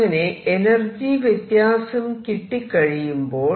അങ്ങനെ എനർജി വ്യത്യാസം കിട്ടി കഴിയുമ്പോൾ